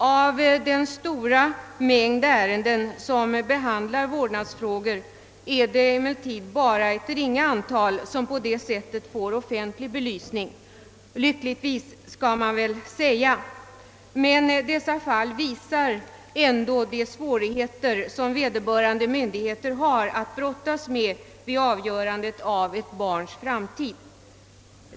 Av den stora mängd vårdnadsärenden som handläggs är det emellertid bara ett ringa antal som på detta sätt får offentlig belysning — lyckligtvis, skall man väl säga — men dessa fall visar ändå de svårigheter vederbörande myndigheter har att brottas med vid avgörandet av ett barns framtid.